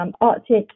Arctic